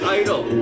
idol